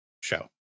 show